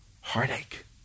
heartache